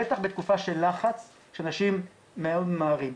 בטח בתקופה של לחץ כשאנשים מאוד ממהרים.